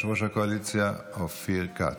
את יושב-ראש הקואליציה אופיר כץ.